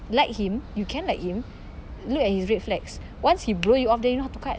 like him you can like him look at his red flags once he blow you off then you know how to cut